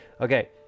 Okay